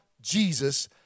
Jesus